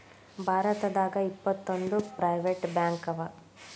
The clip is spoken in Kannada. ಭಾರತದಾಗ ಇಪ್ಪತ್ತೊಂದು ಪ್ರೈವೆಟ್ ಬ್ಯಾಂಕವ